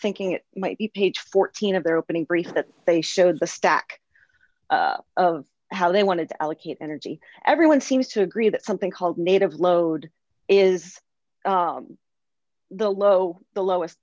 thinking it might be page fourteen of their opening brief that they showed the stack of how they want to allocate energy everyone seems to agree that something called native load is the low the lowest